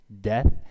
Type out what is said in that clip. death